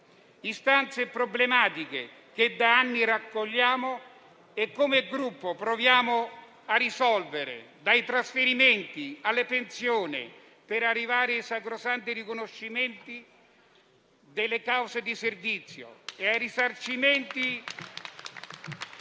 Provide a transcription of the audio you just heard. istanze e problematiche che da anni raccogliamo e che, come Gruppo, proviamo a risolvere, dai trasferimenti alle pensioni, per arrivare ai sacrosanti riconoscimenti delle cause di servizio e ai risarcimenti